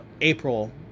April